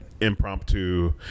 impromptu